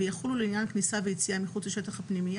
ויחולו לעניין כניסה ויציאה מחוץ לשטח הפנימייה